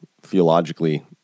theologically